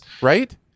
right